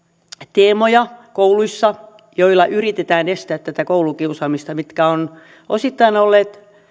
teemoja joilla yritetään estää koulukiusaamista mitkä ovat osittain olleet